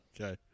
Okay